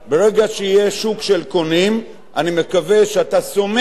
ברגע שיהיה שוק של קונים, אני מקווה שאתה סומך